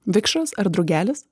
vikšras ar drugelis